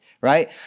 right